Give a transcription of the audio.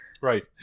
Right